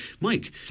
mike